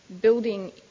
building